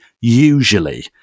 usually